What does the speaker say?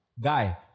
Guy